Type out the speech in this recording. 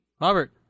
Robert